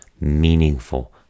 meaningful